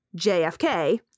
JFK